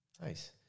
nice